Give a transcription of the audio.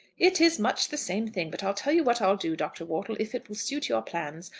it is much the same thing. but i'll tell you what i'll do, dr. wortle if it will suit your plans.